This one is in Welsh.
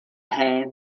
hen